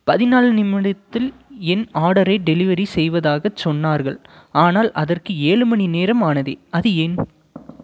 பதினாலு நிமிடத்தில் என் ஆர்டரை டெலிவெரி செய்வதாகச் சொன்னார்கள் ஆனால் அதற்கு ஏழு மணிநேரம் ஆனதே அது ஏன்